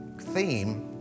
theme